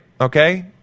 Okay